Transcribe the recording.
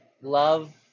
love